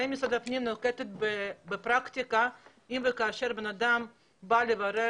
האם משרד הפנים נוקט בפרקטיקה אם וכאשר בן אדם בא לברר